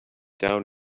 down